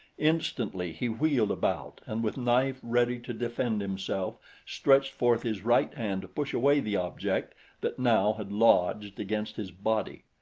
instantly he wheeled about and with knife ready to defend himself stretched forth his right hand to push away the object that now had lodged against his body.